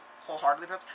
wholeheartedly